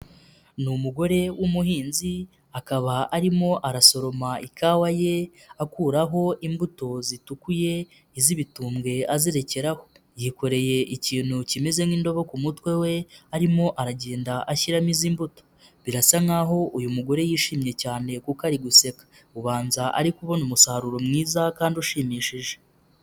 Ni umugore w'umuhinzi akaba arimo arasoroma ikawa ye akuraho imbuto zitukuye iz'ibitumbwe azirekeraho, yikoreye ikintu kimeze nk'indobo ku mutwe we arimo aragenda ashyiramo izi mbuto, birasa nk'aho uyu mugore yishimye cyane kuko ari guseka, ubanza ari kubona umusaruro mwiza kandi ushimishije.